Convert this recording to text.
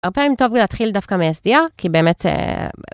הפעם טוב לי להתחיל דווקא מ sdr כי באמת.